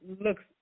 looks